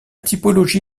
typologie